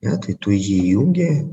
ne tai tu jį įjungi